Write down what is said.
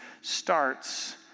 starts